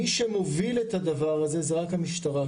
מי שמוביל את הדבר הזה זה רק המשטרה,